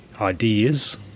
ideas